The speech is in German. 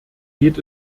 geht